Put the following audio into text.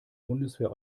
bundeswehr